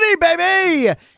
baby